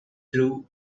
through